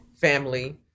family